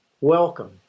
welcome